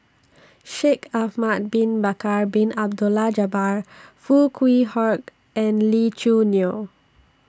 Shaikh Ahmad Bin Bakar Bin Abdullah Jabbar Foo Kwee Horng and Lee Choo Neo